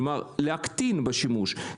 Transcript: כלומר, להקטין בשימוש.